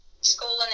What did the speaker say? schooling